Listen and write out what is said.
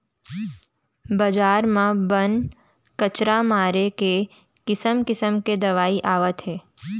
बजार म बन, कचरा मारे के किसम किसम के दवई आवत हे